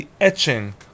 etching